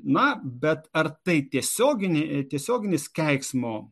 na bet ar tai tiesioginiai tiesioginis keiksmo